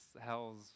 Hell's